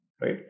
right